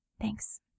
Thanks